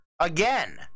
Again